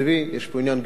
יש פה עניין גיאולוגי,